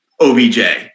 OBJ